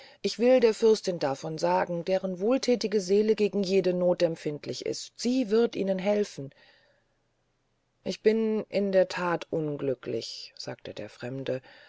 ich will der fürstin davon sagen deren wohlthätige seele gegen jede noth empfindlich ist sie wird ihnen aufhelfen ich bin in der that unglücklich sagte der fremde